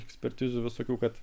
ekspertizių visokių kad